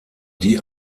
die